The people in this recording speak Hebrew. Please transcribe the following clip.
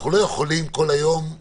אנחנו בוועדה נעשה הכול לתמוך בזה,